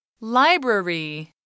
Library